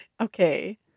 Okay